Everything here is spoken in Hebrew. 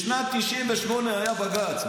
בשנת 1998 היה בג"ץ.